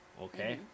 okay